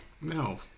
No